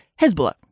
Hezbollah